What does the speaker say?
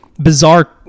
bizarre